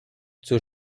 zur